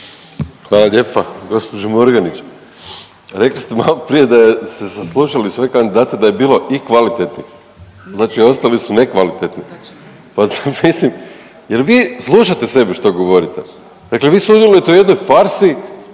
Hvala lijepa. Gđo. Murganić, rekli ste maloprije da ste saslušali sve kandidate, da je bilo i kvalitetnih, znači ostali su nekvalitetni? Pa mislim, je li vi slušate sebe što govorite? Dakle vi sudjelujete u jednoj farsi